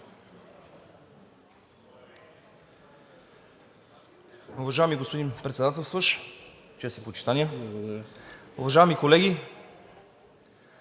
Уважаеми господин Председателстващ, чест и почитания! Уважаеми колеги,